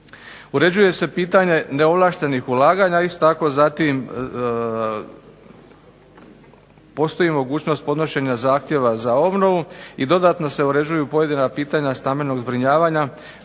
Uređuje se pitanje neovlaštenih ulaganja, isto tako zatim postoji mogućnost podnošenja zahtjeva za obnovu, i dodatno se uređuju pojedina pitanja stambenog zbrinjavanja,